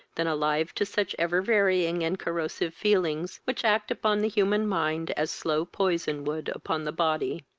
than alive to such every-varying and corrosive feelings, which act upon the human mind as slow poison would upon the body.